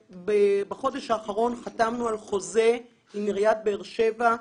שבחודש האחרון חתמנו על חוזה עם עיריית באר שבע ,